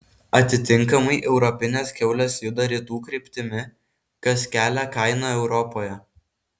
atitinkamai europinės kiaulės juda rytų kryptimi kas kelia kainą europoje